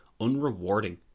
unrewarding